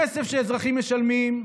כסף שאנשים משלמים,